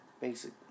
basic